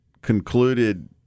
concluded